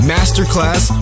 Masterclass